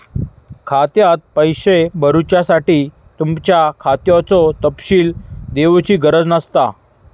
खात्यात पैशे भरुच्यासाठी तुमच्या खात्याचो तपशील दिवची गरज नसता